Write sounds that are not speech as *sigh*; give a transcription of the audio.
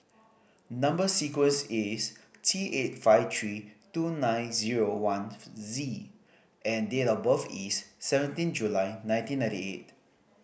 number sequence is T eight five three two nine zero one *unintelligible* Z and date of birth is seventeen July nineteen ninety eight